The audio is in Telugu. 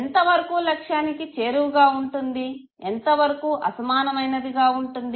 ఎంత వరకు లక్ష్యానికి చేరువగా ఉంటుంది ఎంత వరకు అసమానమైనది గా ఉంటుంది